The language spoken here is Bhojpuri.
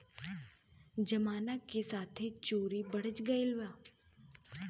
जमाना के साथे चोरो बढ़ गइलन